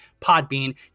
Podbean